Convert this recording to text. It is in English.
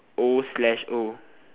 O slash O